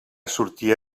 sortia